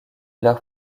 leur